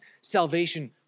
salvation